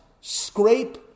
scrape